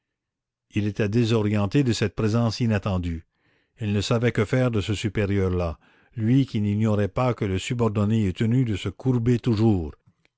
il était désorienté de cette présence inattendue il ne savait que faire de ce supérieur là lui qui n'ignorait pas que le subordonné est tenu de se courber toujours